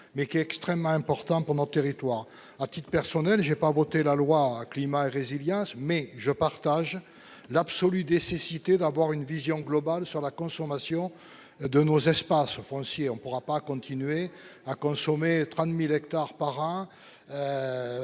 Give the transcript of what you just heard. mais qui est extrêmement important pour notre territoire à titre personnel, j'ai pas voté la loi climat et résilience, mais je partage l'absolu des cécité d'avoir une vision globale sur la consommation de nos espaces fonciers, on pourra pas continuer à consommer 30.000 hectares par